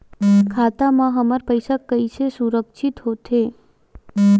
खाता मा हमर पईसा सुरक्षित कइसे हो थे?